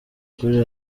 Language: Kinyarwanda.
kuri